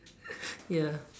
ya